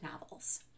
novels